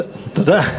תודה.